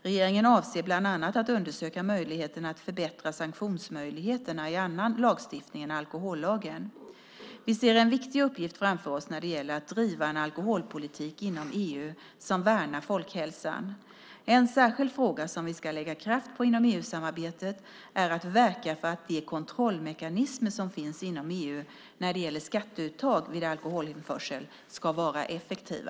Regeringen avser bland annat att undersöka möjligheterna att förbättra sanktionsmöjligheterna i annan lagstiftning än alkohollagen. Vi ser en viktig uppgift framför oss när det gäller att driva en alkoholpolitik inom EU som värnar folkhälsan. En särskild fråga som vi ska lägga kraft på inom EU-samarbetet är att verka för att de kontrollmekanismer som finns inom EU när det gäller skatteuttag vid alkoholinförsel ska vara effektiva.